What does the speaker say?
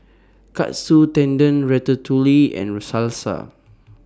Katsu Tendon Ratatouille and Salsa